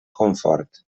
confort